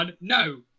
No